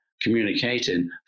communicating